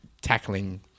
tackling